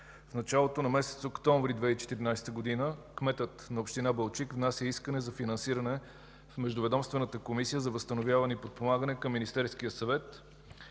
в началото на месец октомври 2014 г. кметът на община Балчик внася искане за финансиране в Междуведомствената комисия за възстановяване и подпомагане към Министерския съвет.